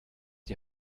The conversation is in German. die